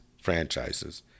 franchises